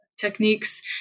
Techniques